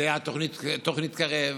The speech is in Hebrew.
זו תוכנית קרב.